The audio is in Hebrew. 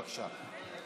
בבקשה.